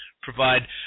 provide